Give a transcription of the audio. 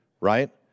Right